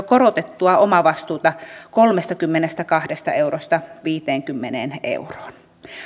korotettua omavastuuta kolmestakymmenestäkahdesta eurosta viiteenkymmeneen euroon